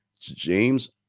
James